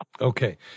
Okay